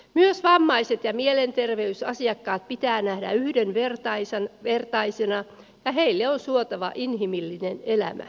mie ammaisin ja mielenterveysasiakkaat pitää nähdä yhdenvertaisen verkkaisina heille on suotava inhimillinen elämä